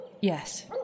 Yes